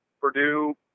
Purdue